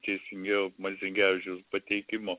teisingiau marcinkevičiaus pateikimo